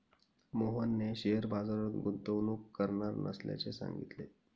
मोहनने शेअर बाजारात गुंतवणूक करणार नसल्याचे सांगितले